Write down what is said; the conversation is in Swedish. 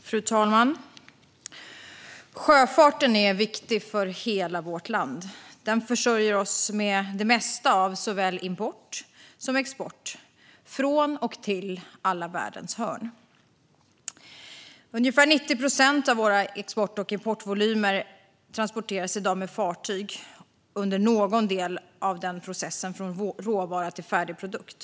Fru talman! Sjöfarten är viktig för hela vårt land. Den står för det mesta när det gäller såväl import från som export till världens alla hörn. Ungefär 90 procent av våra export och importvolymer transporteras i dag med fartyg under någon del av processen från råvara till färdig produkt.